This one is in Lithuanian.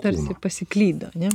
tarsi pasiklydo ane